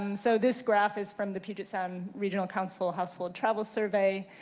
um so this graph is from the puget sound regional council household travel survey.